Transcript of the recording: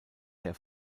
der